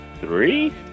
three